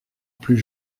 plus